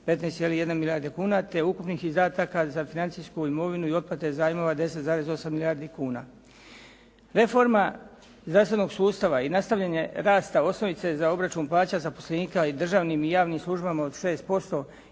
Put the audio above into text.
15,1 milijarde kuna te ukupnih izdataka za financijsku imovinu i otplate zajmova 10,8 milijardi kuna. Reforma zdravstvenog sustava i nastavljanje rasta osnovice za obračun plaća zaposlenika u državnim i javnim službama od 6%